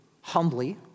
humbly